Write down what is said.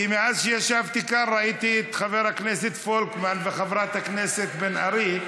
כי מאז שישבתי כאן ראיתי את חבר הכנסת פולקמן וחברת הכנסת בן ארי.